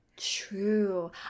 true